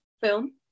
film